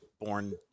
born